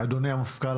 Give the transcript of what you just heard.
אדוני המפכ"ל,